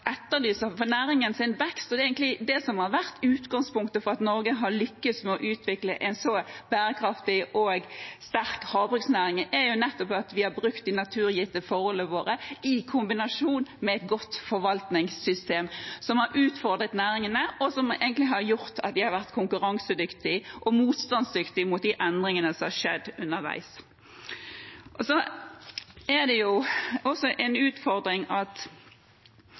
etterlyser næringen noe. Det som egentlig har vært utgangspunktet for at Norge har lyktes med å utvikle en så bærekraftig og sterk havbruksnæring, er nettopp at vi har brukt de naturgitte forholdene våre i kombinasjon med et godt forvaltningssystem som har utfordret næringene, og som egentlig har gjort at de har vært konkurransedyktige og motstandsdyktige mot de endringene som har skjedd underveis. Når vi sier «naturgitte forhold», er det de gode strømforholdene, det rene vannet osv., og det kystnære, som også